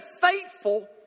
faithful